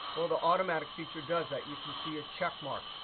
well, the automatic feature does that. you can see a check mark.